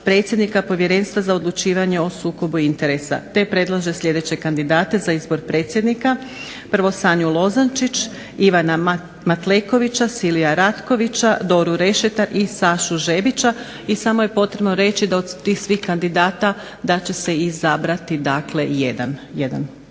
predsjednika Povjerenstva za odlučivanje o sukobu interesa, te predlaže sljedeće kandidate za izbor predsjednika. 1. Sanju Lozančić, Ivana Matlekovića, Silvija Ratkovića, Doru Rešeter i Sašu Žebića. I samo je potrebno reći da od tih svih kandidata da će se izabrati jedna